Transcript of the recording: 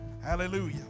Hallelujah